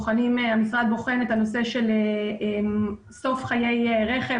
המשרד בוחן את הנושא של סוף חיי רכב,